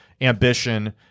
ambition